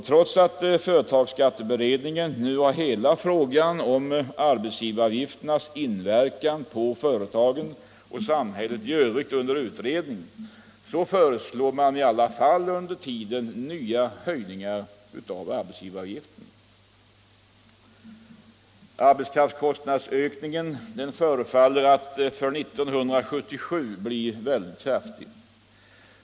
Trots att företagsskatteberedningen nu har hela frågan om arbetsgivaravgifternas inverkan på företagen och samhället i övrigt under utredning föreslås under tiden ändå nya höjningar av arbetsgivaravgiften. Arbetskraftskostnadsökningen förefaller att för 1977 bli mycket stark.